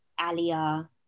alia